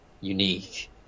unique